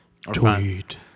Tweet